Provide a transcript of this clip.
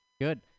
Good